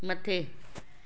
मथे